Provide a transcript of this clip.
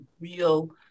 real